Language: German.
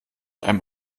einem